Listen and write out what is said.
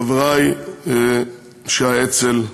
חברי אנשי האצ"ל,